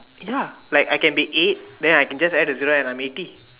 ya like I can be eight then I just add a zero and I'm eighty